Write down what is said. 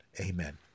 Amen